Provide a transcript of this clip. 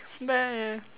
but